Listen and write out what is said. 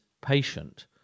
patient